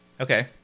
Okay